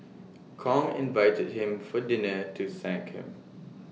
Kong invited him for dinner to thank him